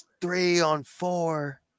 three-on-four